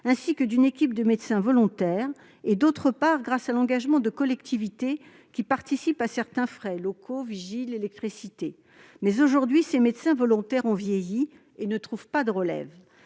l'ordre et d'une équipe de médecins volontaires, mais aussi grâce à l'engagement de collectivités territoriales, qui participent à certains frais- locaux, vigiles, électricité. Seulement, aujourd'hui, ces médecins volontaires ont vieilli et ne trouvent pas de relève.